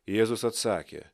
jėzus atsakė